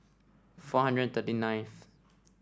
four hundred thirty ninth